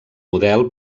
model